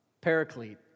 paraclete